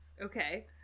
Okay